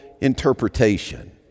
interpretation